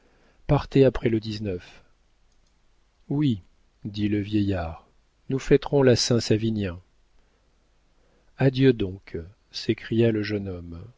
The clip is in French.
partez après le ui dit le vieillard nous fêterons la saint savinien adieu donc s'écria le jeune homme